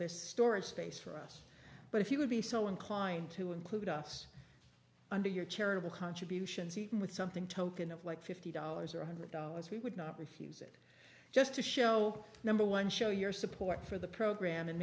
this storage space for us but if you would be so inclined to include us under your charitable contributions even with something token of like fifty dollars or one hundred dollars we would not refuse it just to show number one show your support for the program and